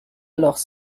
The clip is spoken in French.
alors